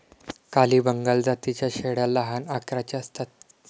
काली बंगाल जातीच्या शेळ्या लहान आकाराच्या असतात